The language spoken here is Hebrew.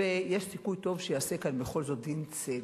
ויש סיכוי טוב שייעשה כאן דין צדק.